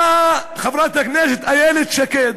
באה חברת הכנסת איילת שקד,